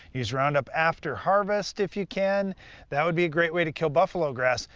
use roundup after harvest if you can that would be a great way to kill buffalo grass,